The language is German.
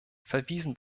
verwiesen